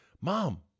Mom